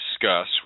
discuss